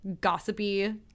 gossipy